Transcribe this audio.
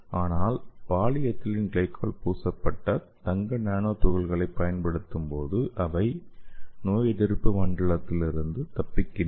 ஆனால் polyethylene glycol பூசப்பட்ட தங்க நானோ துகள்களைப் பயன்படுத்தும்போது அவை நோயெதிர்ப்பு மண்டலத்திலிருந்து தப்பிக்கின்றன